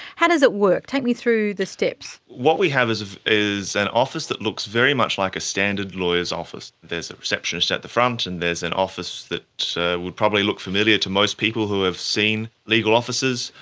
how does it work? take me through the steps. what we have is have is an office that looks very much like a standard lawyer's office. there's a receptionist at the front and there's an office that so would probably look familiar to most people who have seen legal offices,